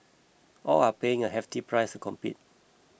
all are paying a hefty price to compete